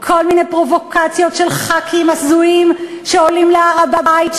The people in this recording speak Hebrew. כל מיני פרובוקציות של חברי כנסת הזויים שעולים להר-הבית,